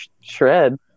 shred